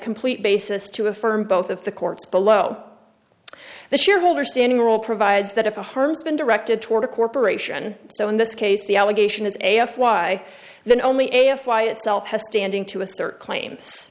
complete basis to affirm both of the courts below the shareholder standing rule provides that if a harms been directed toward a corporation so in this case the allegation is a f why then only a a fly itself has standing to assert claims